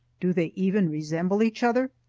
do they even resemble each other?